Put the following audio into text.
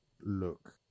look